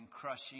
crushing